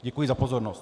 Děkuji za pozornost.